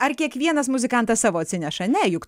ar kiekvienas muzikantas savo atsineša ne juk